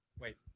Wait